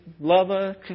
Lava